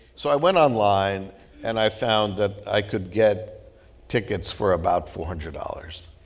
so i went online and i found that i could get tickets for about four hundred dollars.